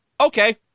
okay